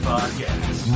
Podcast